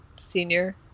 senior